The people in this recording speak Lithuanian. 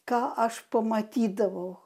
ką aš pamatydavau